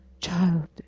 Child